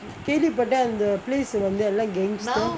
கேள்வி பட்டேன் அந்த:kelvi pattean antha place வந்து எல்லாம்:vanthu ellam gangster